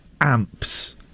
Amps